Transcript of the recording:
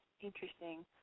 Interesting